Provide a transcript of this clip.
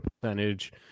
percentage